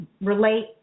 relate